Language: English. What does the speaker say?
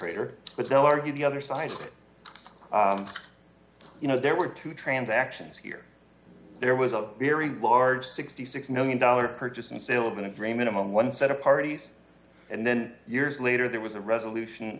or but they'll argue the other side you know there were two transactions here there was a very large sixty six million dollars purchase and sale of an agreement on one set of parties and then years later there was a resolution